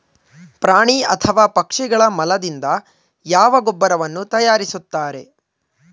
ಪ್ರಾಣಿ ಅಥವಾ ಪಕ್ಷಿಗಳ ಮಲದಿಂದ ಯಾವ ಗೊಬ್ಬರವನ್ನು ತಯಾರಿಸುತ್ತಾರೆ?